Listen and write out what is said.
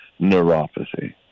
neuropathy